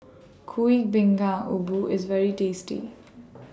Kuih Bingka IS very tasty